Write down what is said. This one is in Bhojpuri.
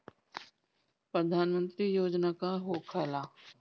प्रधानमंत्री योजना का होखेला?